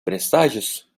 presságios